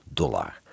dollar